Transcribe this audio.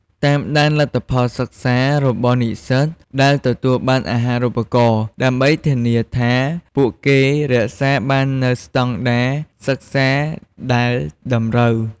តាមដានលទ្ធផលសិក្សារបស់និស្សិតដែលទទួលបានអាហារូបករណ៍ ដើម្បីធានាថាពួកគេរក្សាបាននូវស្តង់ដារសិក្សាដែលតម្រូវ។